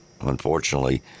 unfortunately